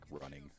running